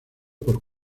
por